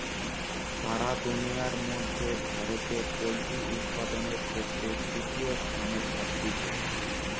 সারা দুনিয়ার মধ্যে ভারতে পোল্ট্রি উপাদানের ক্ষেত্রে তৃতীয় স্থানে থাকতিছে